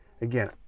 Again